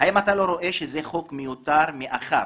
האם אתה לא רואה שזה חוק מיותר, מאחר